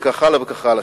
וכן הלאה וכן הלאה.